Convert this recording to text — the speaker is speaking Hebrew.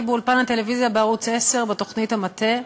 באולפן הטלוויזיה בערוץ 10 בתוכנית "המטה",